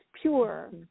pure